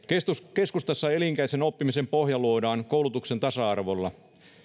keskustassa elinikäisen oppimisen pohja luodaan koulutuksen tasa arvolla